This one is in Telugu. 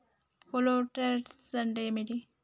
కొలేటరల్స్ అంటే ఏంటిది?